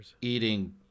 eating